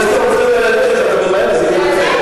זה עדיין לא טורקיה, השר הנגבי.